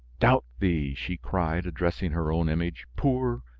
doubt thee! she cried, addressing her own image poor,